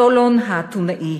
סולון האתונאי,